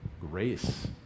grace